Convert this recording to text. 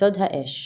יסוד האש